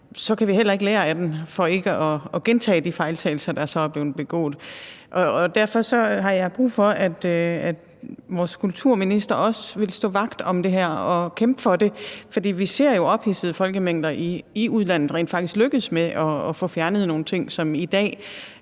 så kan vi heller ikke lære af den for ikke at gentage de fejltagelser, der så er blevet begået. Derfor har jeg brug for, at vores kulturminister også vil stå vagt om det her og kæmpe for det. For vi ser jo, at ophidsede folkemængder i udlandet rent faktisk lykkes med at få fjernet nogle ting, som i dag